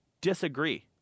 Disagree